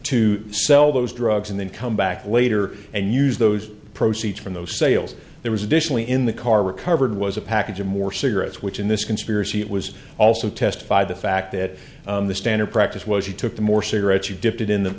to sell those drugs and then come back later and use those proceeds from those sales there was additionally in the car recovered was a package of more cigarettes which in this conspiracy it was also testified the fact that the standard practice was he took the more cigarettes you dipped it in the